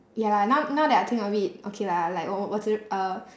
ya lah now now that I think of it okay lah like 我我只 uh